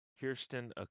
Kirsten